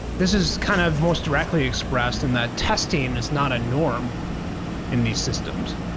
this is kind of most directly expressed in that testing is not a norm in these systems,